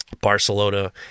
Barcelona